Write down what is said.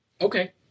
Okay